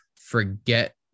forget